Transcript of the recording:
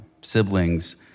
siblings